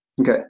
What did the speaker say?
okay